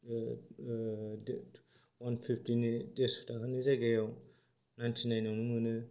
वानफिफ्थिनि देरस' थाखानि जायगायाव नाइन्टिनाइनआवनो मोनो